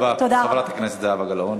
תודה רבה, חברת הכנסת זהבה גלאון.